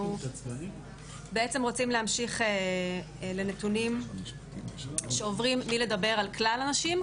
ואנחנו בעצם רוצים להמשיך לנתונים שעוברים מלדבר על כלל הנשים,